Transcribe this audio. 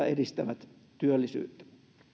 edistävät työllisyyttä